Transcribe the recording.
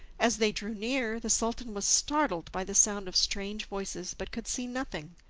as they drew near, the sultan was startled by the sound of strange voices, but could see nothing.